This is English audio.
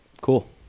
Cool